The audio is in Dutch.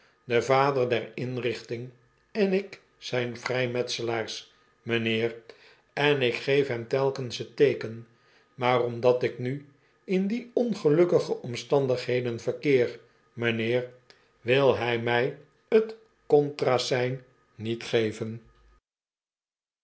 de vader der inrichting on ik zijn vrijmetselaars m'nheer en ik geef hem telkens t teeken maar omdat ik nu in die ongelukkige omstandigheden verkeer m'nheer wil hij mij t contra sein niet geven